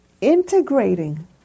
integrating